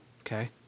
Okay